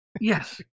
Yes